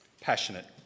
Passionate